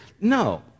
No